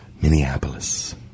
Minneapolis